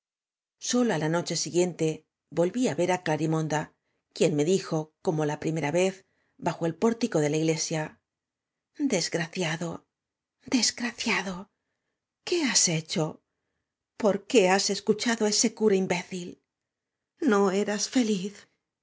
solo á la noche si guiente volvíá verá glarimonda quien me dijo como la primera vez bajo el pórtico déla iglesia idesgraciad o desgraciado qué has he cho por qué has escuchado á ese cura imbécil no eras feliz